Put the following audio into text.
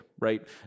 right